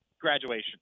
graduation